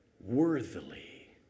worthily